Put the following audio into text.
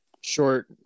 short